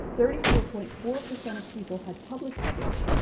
thirty four point four percent of people had public coverage,